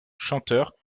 chanteurs